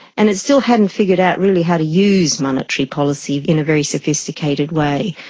and it still hadn't figured out really how to use monetary policy in a very sophisticated way.